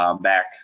back